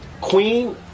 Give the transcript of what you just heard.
Queen